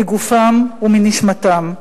מגופם ומנשמתם.